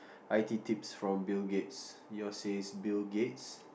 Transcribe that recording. I_T tips from Bill-Gates yours is Bill-Gates